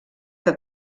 que